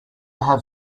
have